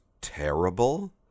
terrible